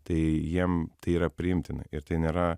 tai jiem tai yra priimtina ir tai nėra